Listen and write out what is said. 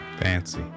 Fancy